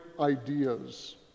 ideas